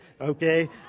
okay